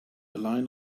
line